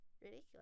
ridiculous